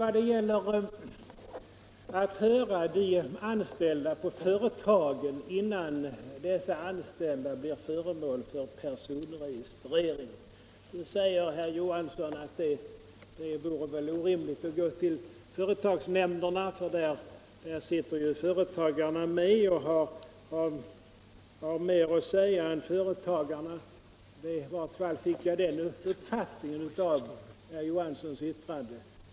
När det gäller att höra de anställda på företagen innan dessa anställda blir föremål för personregistrering, säger herr Johansson i Trollhättan att det vore orimligt att gå till företagsnämnderna, för där sitter företagarna med och har mer att säga till om än de anställda. I varje fall fick jag det intrycket av herr Johanssons yttrande.